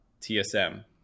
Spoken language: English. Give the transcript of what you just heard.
TSM